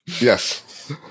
Yes